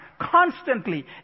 constantly